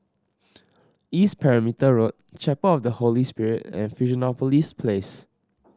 East Perimeter Road Chapel of the Holy Spirit and Fusionopolis Place